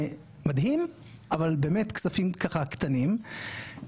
שזה מדהים אבל באמת כספים קטנים,